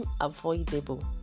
unavoidable